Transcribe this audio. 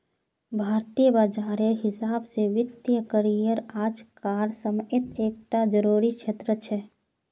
भारतीय बाजारेर हिसाब से वित्तिय करिएर आज कार समयेत एक टा ज़रूरी क्षेत्र छे